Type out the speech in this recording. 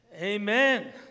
Amen